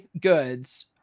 goods